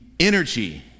energy